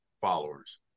followers